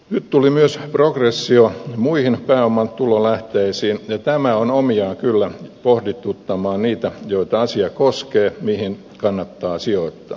nyt tuli myös progressio muihin pääomatulolähteisiin ja tämä on omiaan kyllä pohdituttamaan niitä joita asia koskee mihin kannattaa sijoittaa